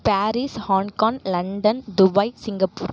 Paris Hong Kong London Dubai Singapore